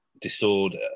disorder